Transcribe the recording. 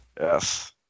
Yes